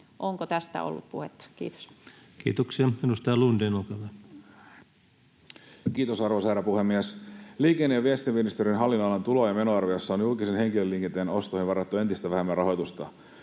Onko tästä ollut puhetta? — Kiitos. Kiitoksia. — Edustaja Lundén, olkaa hyvä. Kiitos, arvoisa herra puhemies! Liikenne- ja viestintäministeriön hallinnonalan tulo- ja menoarviossa on julkisen henkilöliikenteen ostoihin varattu entistä vähemmän rahoitusta.